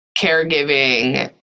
caregiving